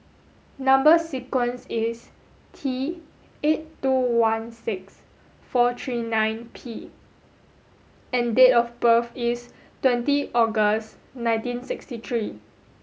number sequence is T eight two one six four three nine P and date of birth is twenty August nineteen sixty three